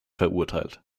verurteilt